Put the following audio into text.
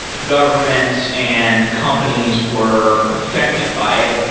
governments and companies were affected by it.